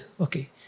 Okay